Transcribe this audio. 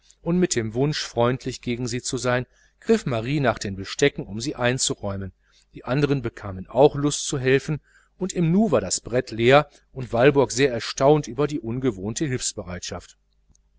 und mit dem wunsch freundlich gegen sie zu sein griff marie nach den bestecken um sie einzuräumen die andern bekamen auch lust zu helfen und im nu war das brett leer und walburg sehr erstaunt über die ungewohnte hilfsbereitschaft